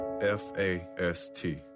F-A-S-T